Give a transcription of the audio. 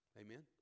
amen